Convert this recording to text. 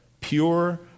Pure